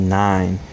nine